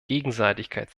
gegenseitigkeit